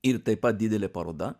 ir taip pat didelė paroda